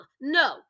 no